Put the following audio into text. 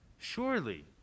surely